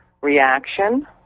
reaction